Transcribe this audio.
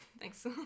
Thanks